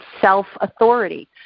self-authority